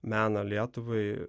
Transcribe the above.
meną lietuvai